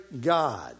God